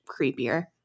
creepier